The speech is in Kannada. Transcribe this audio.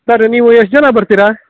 ಸರ್ ನೀವು ಎಷ್ಟು ಜನ ಬರ್ತೀರಾ